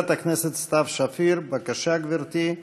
חברת הכנסת סתיו שפיר, בבקשה, גברתי.